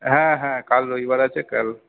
হ্যাঁ হ্যাঁ কাল রবিবার আছে কাল